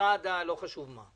ממשרד אחר, בסדרי עדיפויות?